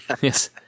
Yes